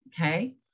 okay